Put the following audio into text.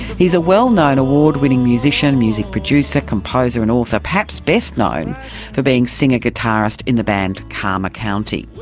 he is a well-known award-winning musician, music producer, composer and author, perhaps best known for being singer guitarist in the band karma county.